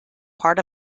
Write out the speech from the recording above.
part